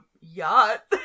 yacht